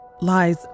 lies